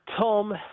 Tom